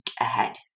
ahead